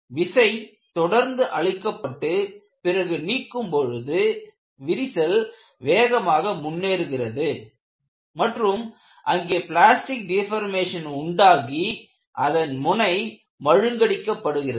விசை தொடர்ந்து அளிக்கப்பட்டு பிறகு நீக்கும் பொழுது விரிசல் வேகமாக முன்னேறுகிறது மற்றும் அங்கே பிளாஸ்டிக் டீபர்மேஷன் உண்டாகி அதன் முனை மழுங்கடிக்கப்படுகிறது